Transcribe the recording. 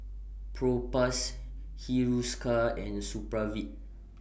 Propass Hiruscar and Supravit